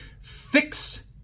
fix